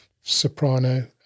soprano